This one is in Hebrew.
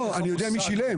לא, אני יודע מי שילם.